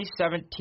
2017